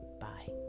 Bye